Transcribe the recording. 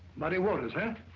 muddy waters huh?